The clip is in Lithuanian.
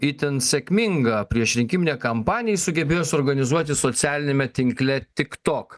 itin sėkmingą priešrinkiminę kampaniją jis sugebėjo suorganizuoti socialiniame tinkle tik tok